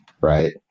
right